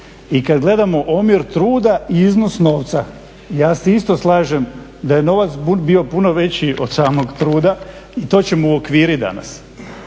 i kad gledamo omjer truda i iznos novca, ja se isto slažem da je novac bio puno veći od samog truda i to ćemo uokviriti danas.